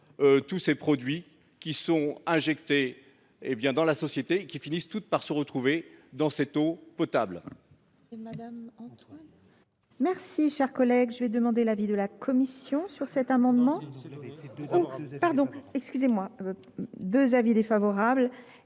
tous les produits qui sont injectés dans la société et qui finissent par se retrouver dans l’eau potable.